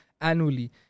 annually